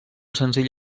senzill